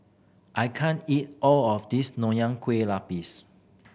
I can't eat all of this Nonya Kueh Lapis